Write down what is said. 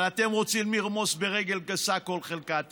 אבל אתם רוצים לרמוס ברגל גסה כל חלקה טובה.